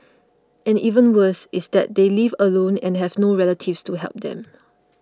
and even worse is that they live alone and have no relatives to help them